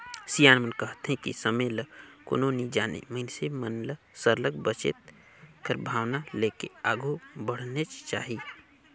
सियान मन कहथें कि समे ल कोनो नी जानें मइनसे मन ल सरलग बचेत कर भावना लेके आघु बढ़नेच चाही